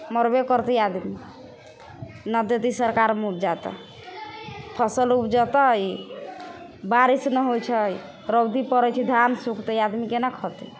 मरबे करतै आदमी नहि देतै सरकार मुआवजा तऽ फसल उपजतै बारिश नहि होइ छै रौदी पड़ै छै धान सुखतै आदमी कोना खेतै